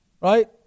Right